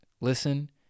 Listen